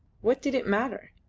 what did it matter?